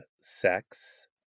sex